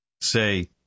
Say